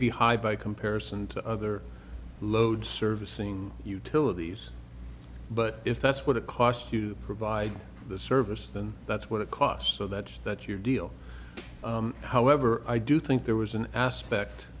be high by comparison to other loads servicing utilities but if that's what it costs to provide the service then that's what it costs so that's that your deal however i do think there was an aspect